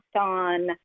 on